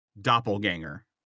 doppelganger